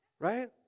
Right